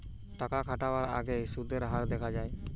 টাকা খাটাবার আগেই সুদের হার দেখা যায়